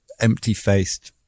empty-faced